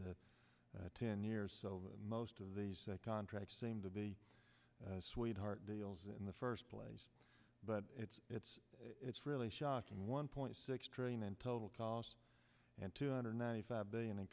ten years so most of these contracts seem to be sweetheart deals in the first place but it's it's it's really shocking one point six trillion in total cost and two hundred ninety five billion